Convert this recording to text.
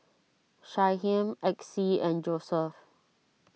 Shyheim Exie and Joseph